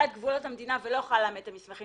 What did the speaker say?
את גבולות המדינה ולא יכולה לאמת את המסמכים,